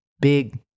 big